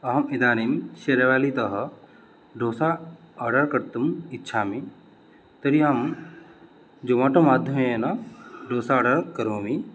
अहम् इदानीं शेरावालीतः डोसा आर्डर् कर्तुम् इच्छामि तर्हि अहं जोमाटो माध्यमेन डोसा आर्डर् करोमि